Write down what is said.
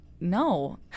No